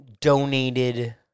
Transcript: donated